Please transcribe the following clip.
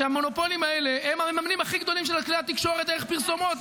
שהמונופולים האלה הם המממנים הכי גדולים של כלי התקשורת דרך פרסומות,